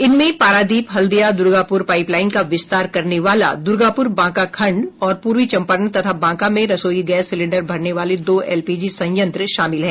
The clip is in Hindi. इनमें पारादीप हल्दिया दुर्गापुर पाइपलाइन का विस्तार करने वाला दुर्गापुर बांका खंड और पूर्वी चंपारण तथा बांका में रसोई गैस सिलेंडर भरने वाले दो एलपीजी संयत्र शामिल हैं